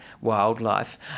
wildlife